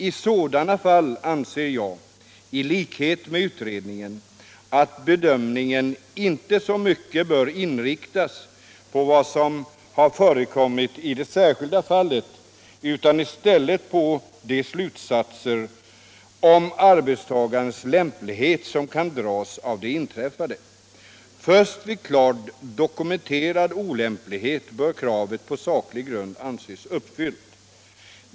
I sådana fall anser jag, I likhet med utredningen, att bedömningen inte så mycket bör inriktas på vad som har förekommit i det särskilda fallet utan i stället. på de slutsatser om arbetstagarens lämplighet som kan dras av det inträffade. Först vid klart dokumenterad olämplighet bör kravet på sukl'ig grund anses uppfyvllt.